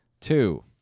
Two